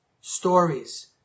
stories